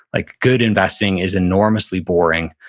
like good investing is enormously boring,